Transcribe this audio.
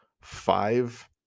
five